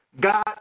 God